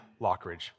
Lockridge